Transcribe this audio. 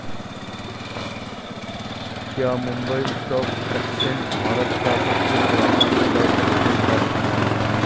क्या Mumbai stock exchange Bharat का सबसे पुराना स्टॉक एक्सचेंज है?